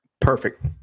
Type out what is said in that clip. Perfect